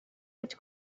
vaig